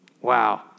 Wow